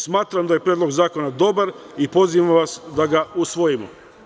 Smatram da je Predlog zakona dobar i pozivam vas da ga usvojimo.